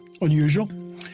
unusual